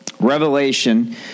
Revelation